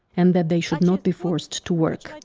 and that they should not be forced to work.